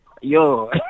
yo